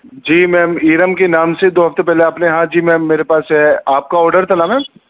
جی ma'am Iram کے نام سے دو ہفتے پہلے آپ نے ہاں جی میم میرے پاس آپ کا آڈر تھا نا میم